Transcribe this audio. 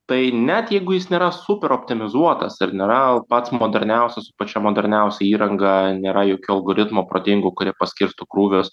tai net jeigu jis nėra superoptimizuotas ir nėra pats moderniausias pačia moderniausia įranga nėra jokių algoritmų protingų kurie paskirsto krūvius